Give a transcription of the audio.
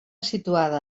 situada